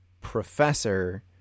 professor